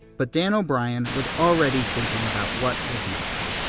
but, dan o'brien was already thinking about what was next